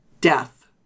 death